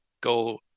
go